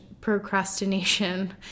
procrastination